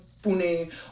Pune